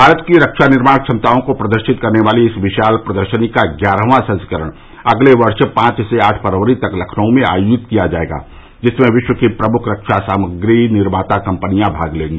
भारत की रक्षा निर्माण क्षमताओं को प्रदर्शित करने वाली इस विशाल प्रदर्शनी का ग्यारहवां संस्करण अगले वर्ष पाँच से आठ फरवरी तक लंखनऊ में आयोजित किया जायेगा जिसमें विश्व की प्रमुख रक्षा सामग्री निर्माता कम्पनियां भाग लेंगी